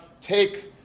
take